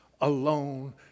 alone